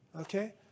okay